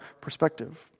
perspective